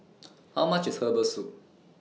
How much IS Herbal Soup